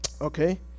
Okay